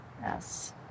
Yes